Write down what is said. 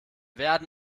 werden